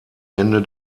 ende